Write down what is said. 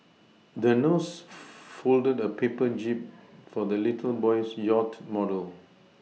the nurse folded a paper jib for the little boy's yacht model